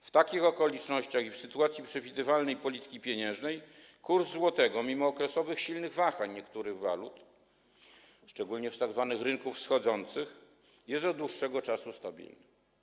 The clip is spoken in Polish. W takich okolicznościach i w sytuacji przewidywalnej polityki pieniężnej kurs złotego mimo okresowych silnych wahań niektórych walut, szczególnie z tzw. rynków wschodzących, jest od dłuższego czasu stabilny.